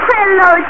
Hello